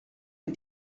les